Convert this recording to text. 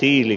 iili